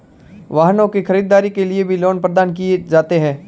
वाहनों की खरीददारी के लिये भी लोन प्रदान किये जाते हैं